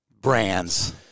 brands